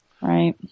Right